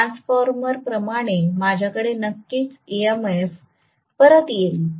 transformer प्रमाणे माझ्याकडे नक्कीच EMF परत येईल